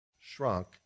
shrunk